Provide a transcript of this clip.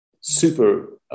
super